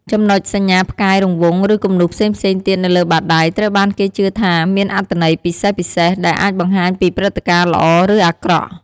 ចំណុច សញ្ញាផ្កាយ រង្វង់ ឬគំនូសផ្សេងៗទៀតនៅលើបាតដៃ ត្រូវបានគេជឿថាមានអត្ថន័យពិសេសៗ ដែលអាចបង្ហាញពីព្រឹត្តិការណ៍ល្អ ឬអាក្រក់។